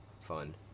fun